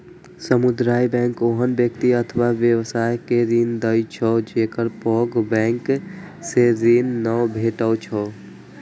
सामुदायिक बैंक ओहन व्यक्ति अथवा व्यवसाय के ऋण दै छै, जेकरा पैघ बैंक सं ऋण नै भेटै छै